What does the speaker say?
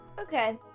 Okay